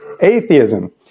atheism